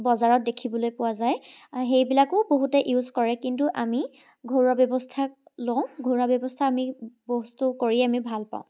বজাৰত দেখিবলৈ পোৱা যায় সেইবিলাকো বহুতে ইউজ কৰে কিন্তু আমি ঘৰুৱা ব্যৱস্থা লওঁ ঘৰুৱা ব্যৱস্থা আমি বস্তু কৰি আমি ভাল পাওঁ